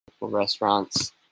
restaurants